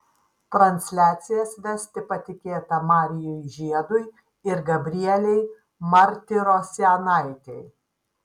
transliacijas vesti patikėta marijui žiedui ir gabrielei martirosianaitei